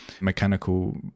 mechanical